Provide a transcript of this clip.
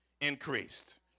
increased